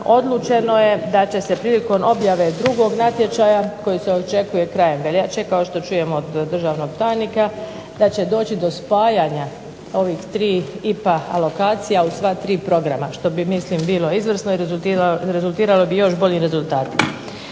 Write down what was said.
odlučeno je da će se prilikom objave drugog natječaja koji se očekuje krajem veljače kao što čujem od državnog tajnika da će doći do spajanja ovih tri IPA alokacija u sva tri programa što bi mislim bilo izvrsno i rezultiralo bi još boljim rezultatima.